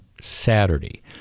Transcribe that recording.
Saturday